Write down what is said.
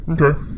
Okay